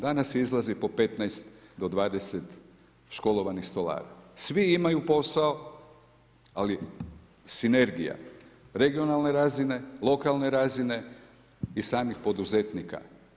Danas izlazi po 15-20 školovanih stolara, svi imaju posao, ali sinergija regionalne razine, lokalne razine i samih poduzetnika.